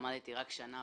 למדתי בו רק שנה,